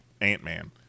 Ant-Man